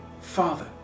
Father